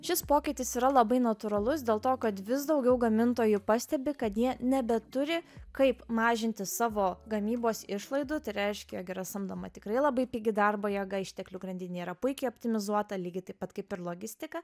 šis pokytis yra labai natūralus dėl to kad vis daugiau gamintojų pastebi kad jie nebeturi kaip mažinti savo gamybos išlaidų tai reiškia jog yra samdoma tikrai labai pigi darbo jėga išteklių grandinė yra puikiai optimizuota lygiai taip pat kaip ir logistika